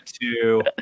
two